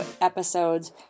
episodes